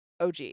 og